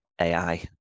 AI